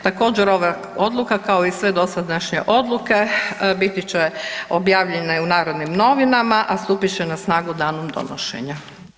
Također ova odluka kao i sve dosadašnje odluke biti će objavljene u Narodnim novinama, a stupit će na snagu danom donošenja.